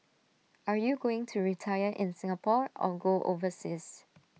are you going to retire in Singapore or go overseas